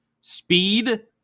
speed